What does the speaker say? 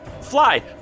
fly